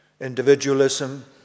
individualism